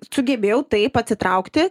sugebėjau taip atsitraukti